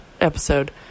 episode